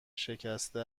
شکسته